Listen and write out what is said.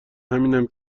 همینم